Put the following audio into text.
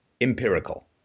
empirical